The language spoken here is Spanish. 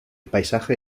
paisaje